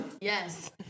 Yes